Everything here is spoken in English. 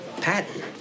Patton